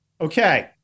Okay